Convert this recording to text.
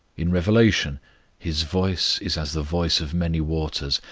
in revelation his voice is as the voice of many waters.